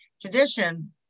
tradition